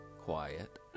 quiet